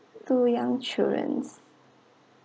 two young children